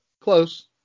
Close